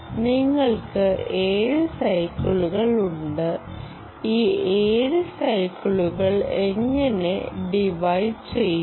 നിങ്ങൾക്ക് 7 സൈക്കിളുകളുണ്ട് ഈ 7 സൈക്കിളുകൾ എങ്ങനെ ഡിവൈഡ് ചെയ്യുന്നു